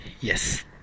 Yes